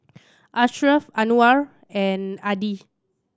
Ashraf Anuar and Adi